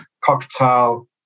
Cocktail